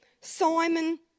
Simon